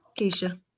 Keisha